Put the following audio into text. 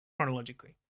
chronologically